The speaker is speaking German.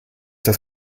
das